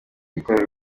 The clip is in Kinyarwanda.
yiteguye